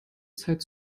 zeit